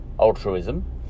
altruism